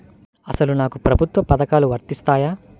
అసలు నాకు ప్రభుత్వ పథకాలు వర్తిస్తాయా?